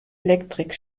elektrik